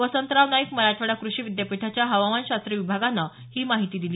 वसंतराव नाईक मराठवाडा कृषि विद्यापीठाच्या हवामान शास्त्र विभागानं ही माहिती दिली